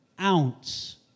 ounce